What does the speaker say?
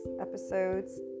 Episodes